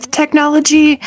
technology